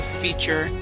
feature